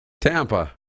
Tampa